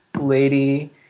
lady